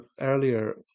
earlier